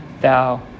thou